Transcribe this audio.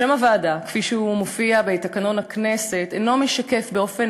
שם הוועדה כפי שהוא מופיע בתקנון הכנסת אינו משקף באופן